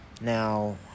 now